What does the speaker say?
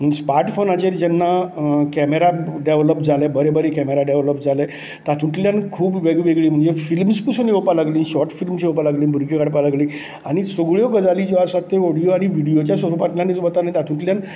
smart फोनाचेर जेन्ना camera develop जाले बरें बरें केमेरा डेवलाॅप जालें तातूंतल्यान खूब वेगवेगळे म्हणजे फिल्मस पसून येवंक लागलीं शोर्ट फिल्मस येवपाक लागलीं भुरगीं काडपाक लागलीं आनी सगल्यो गजाली ज्यो आसा त्यो ऑडियो आनी व्हिडयोच्या स्वरुपांत जितून वता तातूंतल्यान